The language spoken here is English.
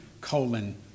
colon